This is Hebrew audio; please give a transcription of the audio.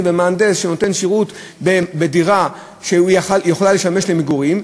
או מהנדס שנותן שירות בדירה שיכולה לשמש למגורים,